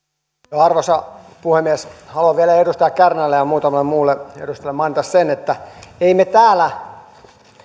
arvoisa puhemies haluan vielä edustaja kärnälle ja muutamalle muulle edustajalle mainita sen että emme me täällä